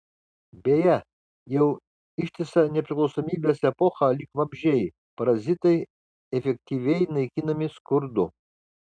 beje jau ištisą nepriklausomybės epochą lyg vabzdžiai parazitai efektyviai naikinami skurdu